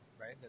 Right